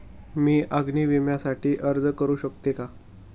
मी अग्नी विम्यासाठी अर्ज करू शकते का?